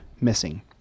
missing